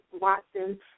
Watson